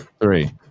three